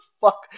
fuck